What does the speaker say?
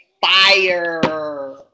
fire